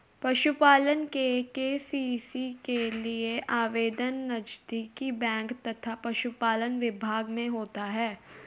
पशुपालन के.सी.सी के लिए आवेदन नजदीकी बैंक तथा पशुपालन विभाग में होता है